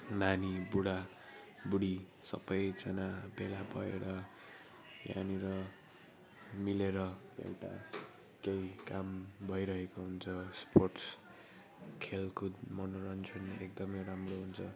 नानी बुढा बुढी सबैजना भेला भएर यहाँनिर मिलेर एउटा केही काम भइरहेको हुन्छ स्पोर्ट्स खेलकुद मनोरञ्जन एकदमै राम्रो हुन्छ